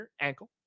ankle